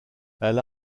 elle